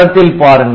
படத்தில் பாருங்கள்